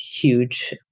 huge